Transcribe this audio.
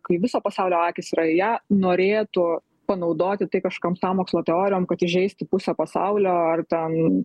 kai viso pasaulio akys yra į ją norėtų panaudoti tai kažkokiom sąmokslo teorijom kad įžeisti pusę pasaulio ar ten